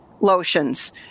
lotions